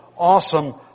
Awesome